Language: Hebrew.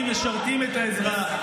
השרים משרתים את האזרח.